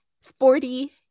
sporty